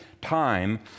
time